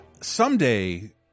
Someday